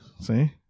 See